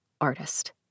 artist